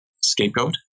scapegoat